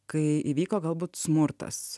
kai įvyko galbūt smurtas